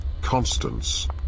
Constance